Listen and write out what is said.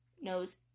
knows